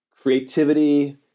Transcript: Creativity